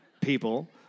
people